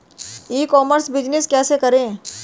ई commerce business कैसे करें?